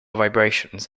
vibrations